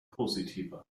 positiver